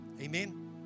Amen